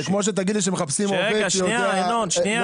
אתה לוקח את זה למקום הלא נכון.